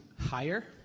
higher